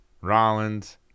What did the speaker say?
Rollins